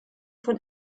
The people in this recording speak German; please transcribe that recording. von